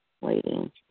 waiting